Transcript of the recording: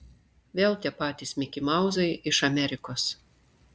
vėl tie patys mikimauzai iš amerikos